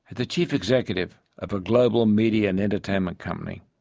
the chief executive of a global media and entertainment company,